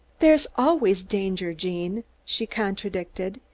there is always danger, gene, she contradicted.